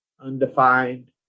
undefined